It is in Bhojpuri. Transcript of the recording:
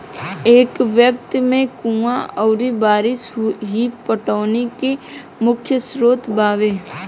ए वक्त में कुंवा अउरी बारिस ही पटौनी के मुख्य स्रोत बावे